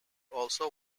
also